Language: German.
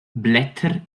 blätter